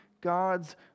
God's